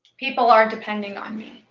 people are depending on me.